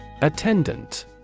Attendant